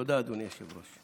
תודה, אדוני היושב-ראש.